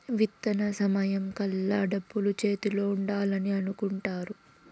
విత్తన సమయం కల్లా డబ్బులు చేతిలో ఉండాలని అనుకుంటారు